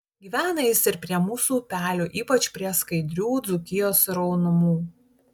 gyvena jis ir prie mūsų upelių ypač prie skaidrių dzūkijos sraunumų